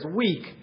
weak